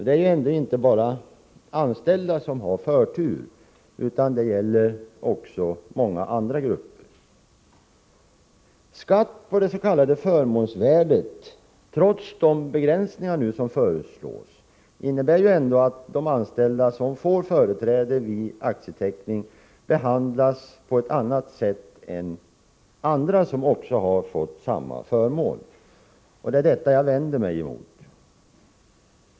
Det är ju ändå inte bara anställda som har förtur, utan sådan gäller ju också för många andra grupper. Skatt på det s.k. förmånsvärdet innebär ju ändå, trots de begränsningar som nu föreslås, att de anställda som får företräde vid aktieteckning behandlas på ett annat sätt än andra som har fått samma förmån. Det är detta jag vänder mig emot.